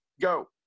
Go